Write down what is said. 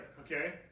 Okay